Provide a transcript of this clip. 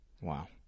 wow